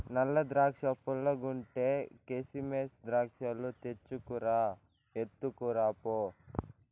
నల్ల ద్రాక్షా పుల్లగుంటే, కిసిమెస్ ద్రాక్షాలు తెచ్చుకు రా, ఎత్తుకురా పో